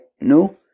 no